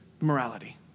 morality